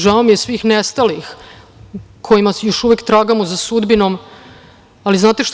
Žao mi je svih nestalih kojima još uvek tragamo za sudbinom, ali znate šta?